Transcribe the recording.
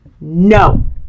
No